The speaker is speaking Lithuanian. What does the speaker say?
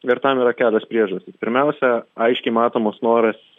ir tam yra kelios priežastys pirmiausia aiškiai matomos noras